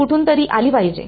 ती कुठूनतरी आली पाहिजे